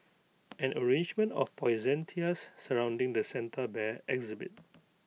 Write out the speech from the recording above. an arrangement of poinsettias surrounding the Santa bear exhibit